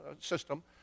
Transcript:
system